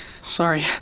sorry